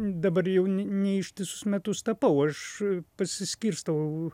dabar jau ne ne ištisus metus tapau aš pasiskirstau